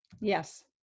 yes